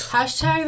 Hashtag